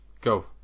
Go